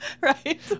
Right